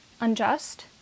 unjust